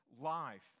life